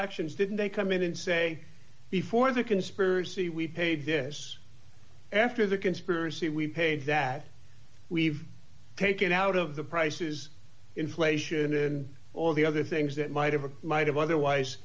actions didn't they come in and say before the conspiracy we paid this after the conspiracy we've paid that we've taken out of the prices inflation in all the other things that might have might have otherwise